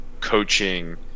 coaching